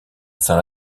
saint